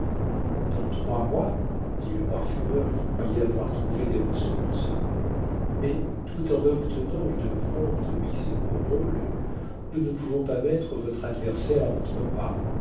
dans trois mois dit le parfumeur qui croyait avoir trouvé des ressources mais tout en obtenant une prompte mise au rôle nous ne pouvons pas mettre votre adversaire à votre pas